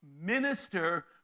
minister